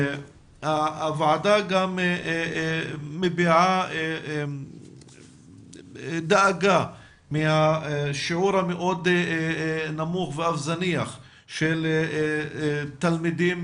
הוועדה מביעה דאגה מהשיעור המאוד נמוך ואף זניח של תלמידים